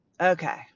okay